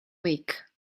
week